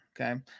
okay